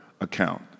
account